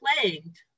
plagued